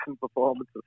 performances